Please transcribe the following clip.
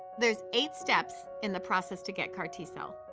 there's eight steps in the process to get car t-cells.